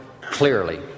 clearly